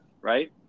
right